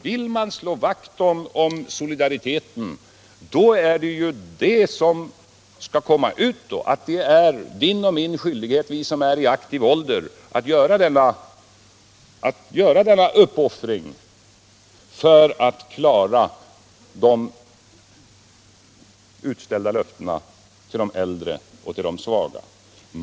Vill man slå vakt om solidariteten är det ju min och din skyldighet som är i aktiv ålder att göra denna uppoffring för att klara de utställda löftena till de äldre och de svaga.